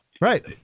Right